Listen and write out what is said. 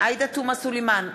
עאידה תומא סלימאן,